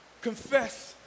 Confess